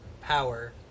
power